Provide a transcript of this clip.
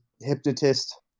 hypnotist